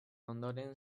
ondoren